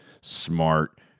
Smart